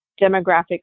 demographic